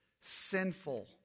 sinful